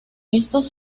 estos